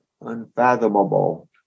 unfathomable